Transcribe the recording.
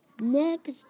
Next